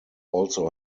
also